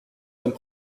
comme